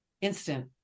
Instant